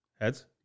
Heads